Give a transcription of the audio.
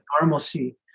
normalcy